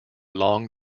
long